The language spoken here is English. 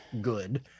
good